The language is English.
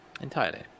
Entirely